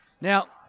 Now